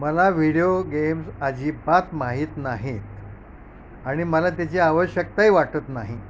मला video games अजिबात माहीत नाहीत आणि मला त्याची आवश्यकताही वाटत नाही